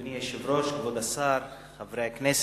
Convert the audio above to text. אדוני היושב-ראש, כבוד השר, חברי הכנסת,